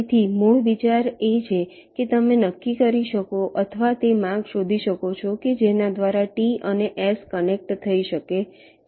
તેથી મૂળ વિચાર એ છે કે તમે નક્કી કરી શકો છો અથવા તે માર્ગ શોધી શકો છો કે જેના દ્વારા T અને S કનેક્ટ થઈ શકે છે